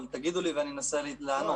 אבל תגידו לי ואני אנסה לענות.